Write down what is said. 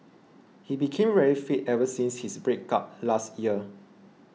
he became very fit ever since his break up last year